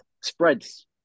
spreads